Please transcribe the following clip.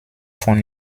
von